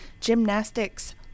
gymnastics